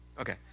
Okay